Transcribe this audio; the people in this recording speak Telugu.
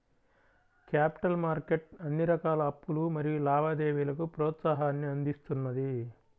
క్యాపిటల్ మార్కెట్ అన్ని రకాల అప్పులు మరియు లావాదేవీలకు ప్రోత్సాహాన్ని అందిస్తున్నది